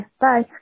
bye